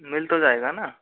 मिल तो जाएगा ना